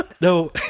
No